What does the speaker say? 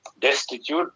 destitute